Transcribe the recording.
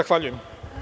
Zahvaljujem.